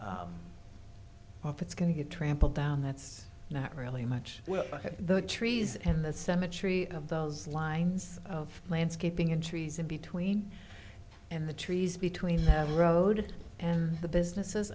walkway it's going to get trampled down that's not really much the trees and the cemetery of those lines of landscaping and trees in between and the trees between the road and the businesses